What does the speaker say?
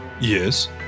Yes